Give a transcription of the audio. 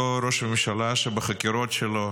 אותו ראש ממשלה שבחקירות שלו